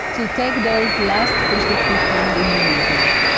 to take those last fish that we found in the rivers,